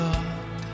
God